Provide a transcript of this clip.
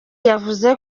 yavuze